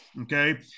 Okay